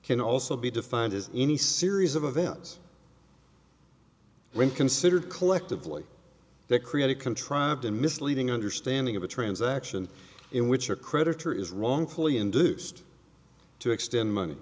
can also be defined as any series of events when considered collectively to create a contrived and misleading understanding of a transaction in which a creditor is wrongfully induced to extend money